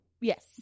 Yes